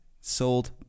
sold